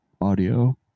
audio